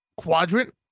quadrant